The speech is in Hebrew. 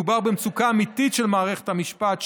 מדובר במצוקה אמיתית של בית המשפט,